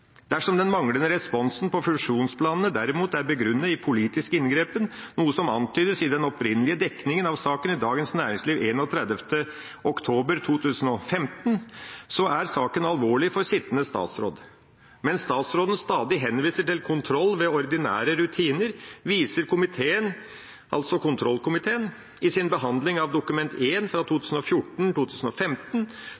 Dersom den manglende responsen på fusjonsplanene derimot er begrunnet i politisk inngripen, noe som antydes i den opprinnelige dekningen av saken i Dagen Næringsliv den 31. oktober 2015, er saken alvorlig for sittende statsråd. Mens statsråden stadig henviser til kontroll ved ordinære rutiner, viser kontroll- og konstitusjonskomiteen i sin behandling av Dokument